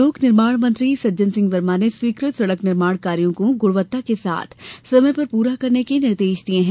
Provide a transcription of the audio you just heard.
लोक निर्माण मंत्री सज्जन सिंह वर्मा ने स्वीकृत सड़क निर्माण कार्यों को गुणवत्ता के साथ समय पर पूरा करने के निर्देश दिये हैं